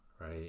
right